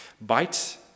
Bites